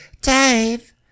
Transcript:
Dave